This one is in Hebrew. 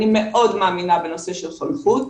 אני מאוד מאמינה בנושא של חונכות.